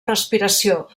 respiració